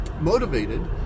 motivated